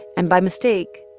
and by mistake,